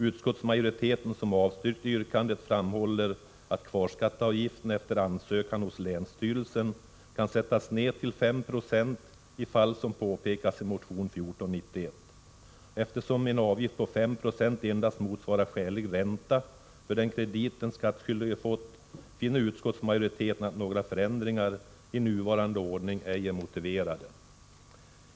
Utskottsmajoriteten som avstyrkt yrkandet framhåller att kvarskatteavgiften efter ansökan hos länsstyrelsen kan sättas ned till 5 90 i fall som påpekas i motion 1491. Eftersom en avgift på 5 76 endast motsvarar skälig ränta för den kredit den skattskyldige fått, finner utskottsmajoriteten att några förändringarinuvarande ordning ej är motiverade.